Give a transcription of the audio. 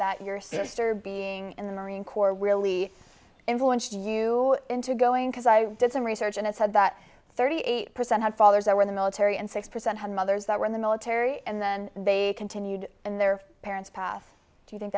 that your sister being in the marine corps really influenced you into going because i did some research and it said that thirty eight percent had fathers that were in the military and six percent had mothers that were in the military and then they continued in their parents path do you think